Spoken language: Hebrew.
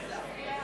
55,